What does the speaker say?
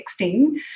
texting